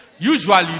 Usually